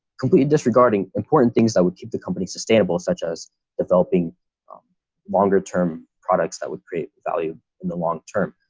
completed this disregarding important things that would keep the company sustainable such as developing longer term products that would create value in the long term,